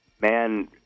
man